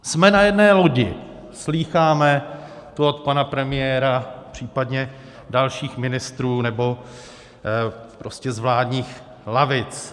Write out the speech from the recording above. Jsme na jedné lodi, slýcháme tu od pana premiéra, případně dalších ministrů nebo prostě z vládních lavic.